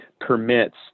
permits